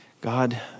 God